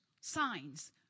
signs